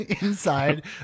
inside